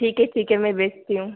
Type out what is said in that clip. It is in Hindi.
ठीक है ठीक है मैं भेजती हूँ